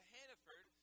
Hannaford